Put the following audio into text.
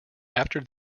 after